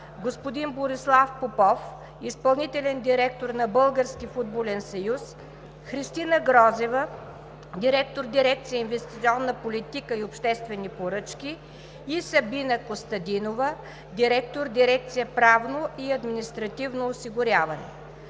господин Борислав Попов – изпълнителен директор на Българския футболен съюз, Христина Грозева – директор на дирекция „Инвестиционна политика и обществени поръчки“, и Сабина Костадинова – директор на дирекция „Правно и административно осигуряване“.